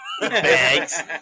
Bags